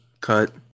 cut